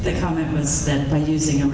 they common sense by using